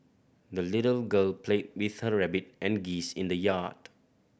the little girl played with her rabbit and geese in the yard